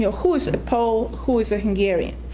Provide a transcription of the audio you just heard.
ah who is a pole? who is a hungarian?